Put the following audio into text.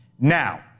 Now